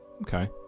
okay